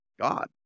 God